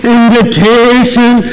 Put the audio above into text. invitation